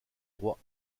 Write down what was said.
roi